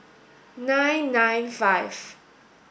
nine nine five